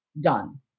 Done